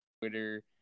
Twitter